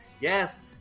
yes